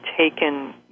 taken